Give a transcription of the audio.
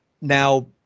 Now